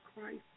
Christ